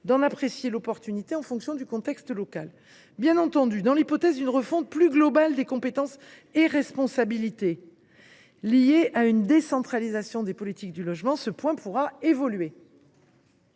d’en apprécier l’opportunité en fonction du contexte local. Bien entendu, dans l’hypothèse d’une refonte plus globale des compétences et des responsabilités liée à une décentralisation des politiques du logement, ce point pourra évoluer.